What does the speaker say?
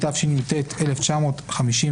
תשי"ט-1959.